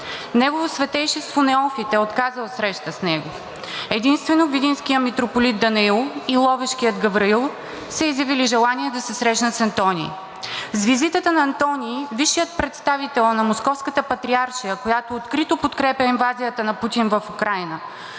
Негово Светейшество Неофит е отказал среща с него. Единствено Видинският митрополит Данаил и Ловешкият Гавраил са изявили желание да се срещнат с Антоний. С визитата на Антоний висшият представител на Московската патриаршия, която открито подкрепя инвазията на Путин в Украйна,